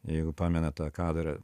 jeigu pamenat tą kadrą